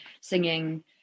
singing